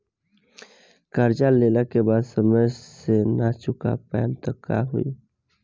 कर्जा लेला के बाद समय से ना चुका पाएम त का होई?